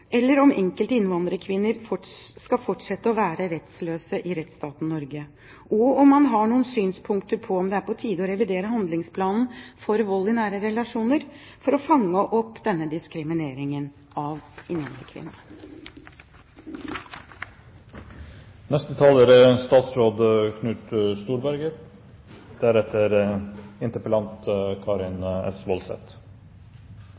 eller om enkelte innvandrerkvinner skal fortsette å være rettsløse i rettsstaten Norge. Og har han noen synspunkter på om det er på tide å revidere handlingsplanen for vold i nære relasjoner, for å fange opp denne diskrimineringen av innvandrerkvinner? Det er